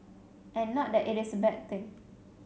and not that it is a bad thing